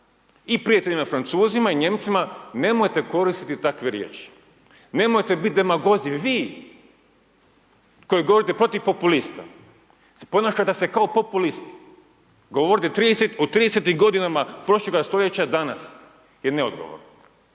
i prijateljima Francuzima i Nijemcima nemojte koristiti takve riječi, nemojte bit demagozi vi koji govorite protiv populista, ponašate se kao populisti, govoriti o 30 godinama prošloga stoljeća danas je neodgovorno.